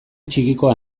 txikikoa